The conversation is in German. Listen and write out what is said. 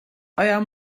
euer